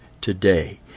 today